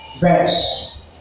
Verse